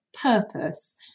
purpose